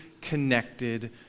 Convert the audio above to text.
connected